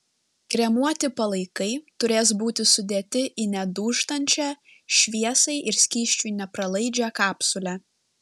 kremuoti palaikai turės būti sudėti į nedūžtančią šviesai ir skysčiui nepralaidžią kapsulę